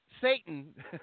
Satan